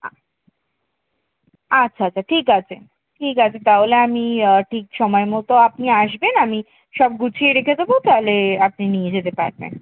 আ আচ্ছা আচ্ছা ঠিক আছে ঠিক আছে তাহলে আমি ঠিক সময় মতো আপনি আসবেন আমি সব গুছিয়ে রেখে দেবো তালে আপনি নিয়ে যেতে পারবেন